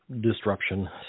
disruption